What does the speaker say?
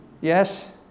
yes